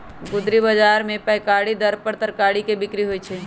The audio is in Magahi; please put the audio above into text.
गुदरी बजार में पैकारी दर पर तरकारी के बिक्रि होइ छइ